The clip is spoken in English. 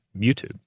youtube